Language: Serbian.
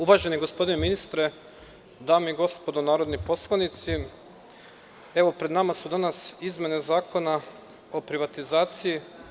Uvaženi gospodine ministre, dame i gospodo narodni poslanici, pred nama su danas izmene Zakona o privatizaciji.